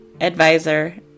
advisor